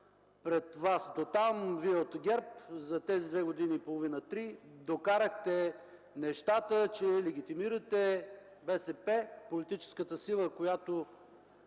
пред вас. Тотално вие от ГЕРБ за тези две и половина-три години докарахте нещата, че легитимирате БСП – политическата сила, която